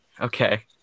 Okay